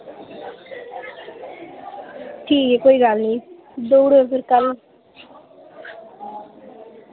ठीक ऐ कोई गल्ल नि देऊ ड़ो फिर कल